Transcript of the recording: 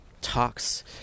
talks